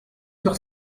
sur